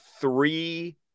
three